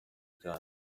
cyane